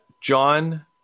John